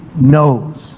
knows